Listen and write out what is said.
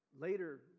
Later